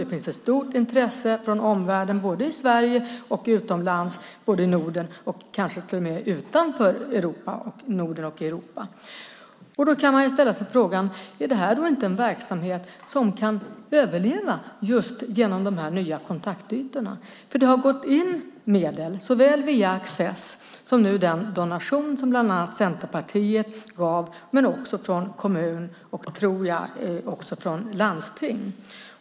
Det finns ett stort intresse från omvärlden i Sverige och utomlands både i Norden och kanske till och med utanför Norden och Europa. Man kan ställa sig frågan: Är detta inte en verksamhet som kan överleva just genom de nya kontaktytorna? Det har gått in medel såväl via Access som via den donation som bland annat Centerpartiet gav men också medel från kommun och jag tror också landsting.